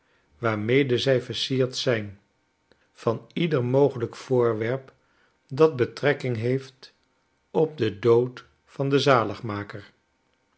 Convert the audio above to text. waarmede zij versierd zijn van ieder mogelijk voorwerp dat betrekking heeft op den dood van den